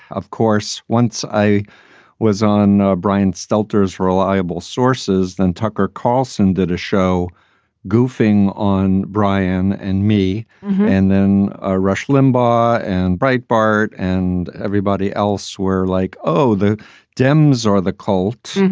of course, once i was on brian stelter as reliable sources, then tucker carlson did a show goofing on brian and me and then ah rush limbaugh and bright bart and everybody else were like, oh, the dems are the cult.